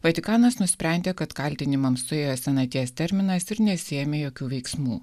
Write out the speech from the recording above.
vatikanas nusprendė kad kaltinimams suėjo senaties terminas ir nesiėmė jokių veiksmų